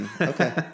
Okay